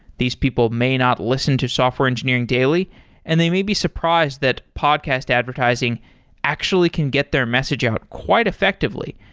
these people may not listen to software engineering daily and they may be surprised that podcast advertising actually can get their message out quite effectively.